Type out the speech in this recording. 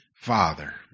father